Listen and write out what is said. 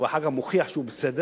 והוא אחר כך מוכיח שהוא בסדר,